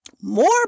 more